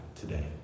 today